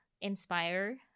inspire